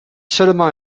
seulement